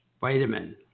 vitamin